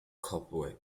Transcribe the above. cobwebs